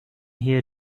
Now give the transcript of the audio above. here